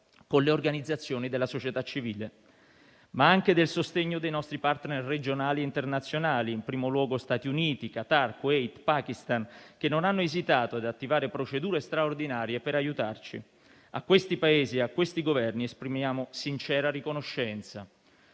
con le organizzazioni della società civile, ma anche del sostegno dei nostri *partner* regionali internazionali, in primo luogo Stati Uniti, Qatar, Kuwait, Pakistan, che non hanno esitato ad attivare procedure straordinarie per aiutarci. A questi Paesi e a questi Governi esprimiamo sincera riconoscenza.